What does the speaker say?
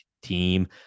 team